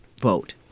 vote